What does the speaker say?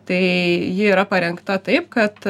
tai ji yra parengta taip kad